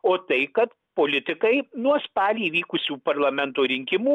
o tai kad politikai nuo spalį vykusių parlamento rinkimų